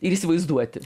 ir įsivaizduoti